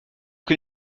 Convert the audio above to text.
que